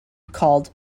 called